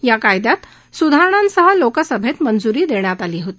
या कायद्यात सुधारणांसह लोकसभेत मंजूरी देण्यात आली होती